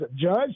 judge